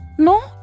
no